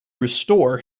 restore